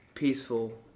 peaceful